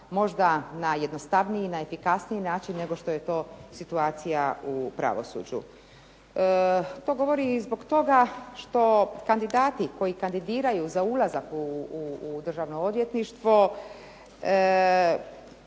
možda na jednostavniji, na efikasniji način nego što je to situacija u pravosuđu. To govori zbog toga što kandidati koji kandidiraju za ulazak u državno odvjetništvo,